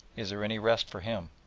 is there any rest for him.